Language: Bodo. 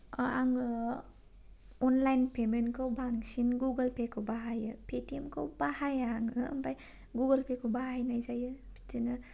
अ आं न'आव अनलाइन पेमेन्टखौ बांसिन गुगोल पेखौ बाहायो ए टि एम खौ बाहाया आङो ओमफाय गुगोल पे खौ बाहायनाय जायो बिदिनो